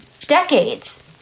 decades